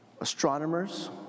astronomers